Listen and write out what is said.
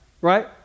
right